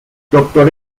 doctor